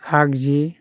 खार्जि